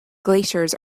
glaciers